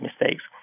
mistakes